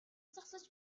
зогсож